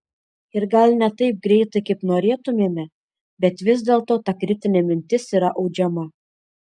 ir gal ne taip greitai kaip norėtumėme bet vis dėlto ta kritinė mintis yra audžiama